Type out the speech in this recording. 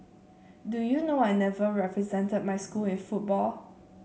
do you know I never represented my school in football